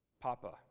Papa